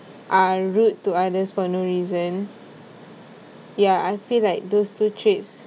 are rude to others for no reason ya I feel like those two traits